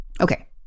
Okay